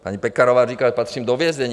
Paní Pekarová říká, že patřím do vězení.